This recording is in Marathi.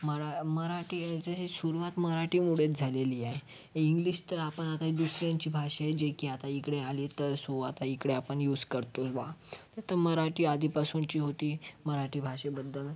मरा मराठी जशी सुरुवात मराठीमुळेच झालेली आहे इंग्लिश तर आपण आता दुसऱ्यांची भाषा हे जे की आता इकडे आली तर सुरुवात इकडे आपण यूज करतोच बा तर मराठी आधीपासूनची होती मराठी भाषेबद्दल